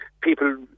people